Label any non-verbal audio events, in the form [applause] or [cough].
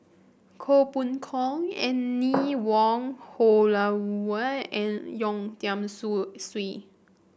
Koh Poh Koon Anne [noise] Wong Holloway and Yeo Tiam sue Siew